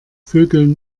vögeln